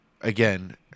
again